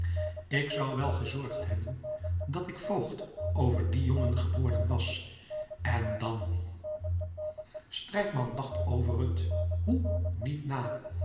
ik zou wel gezorgd hebben dat ik voogd over dien jongen geworden was en dan strijkman dacht over het hoe niet na